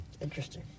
Interesting